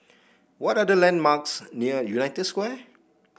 what are the landmarks near United Square